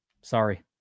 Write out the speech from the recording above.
Sorry